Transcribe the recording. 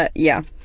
but yeah.